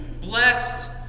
blessed